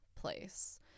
place